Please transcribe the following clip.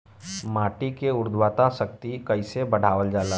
माटी के उर्वता शक्ति कइसे बढ़ावल जाला?